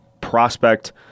prospect